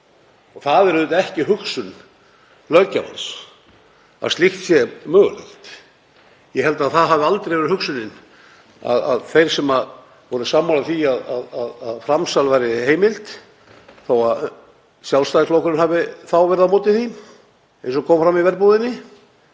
Það er auðvitað ekki hugsun löggjafans að slíkt sé mögulegt. Ég held að það hafi aldrei verið hugsunin hjá þeim sem voru sammála því að framsal ætti að vera heimilt, þó að Sjálfstæðisflokkurinn hafi þá verið á móti því, eins og kom fram í Verbúðinni.